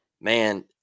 Man